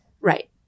Right